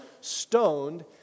stoned